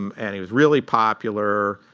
um and he was really popular,